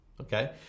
Okay